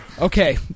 Okay